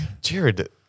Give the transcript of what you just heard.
jared